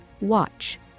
Watch